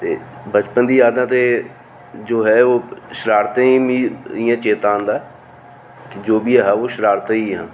ते बचपन दियां यादां ते जो है ओह् शरारतां दा मिगी चेत्ता औंदा ऐ जो बी ऐहा ओह् शरारता गै हियां